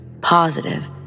positive